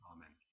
Amen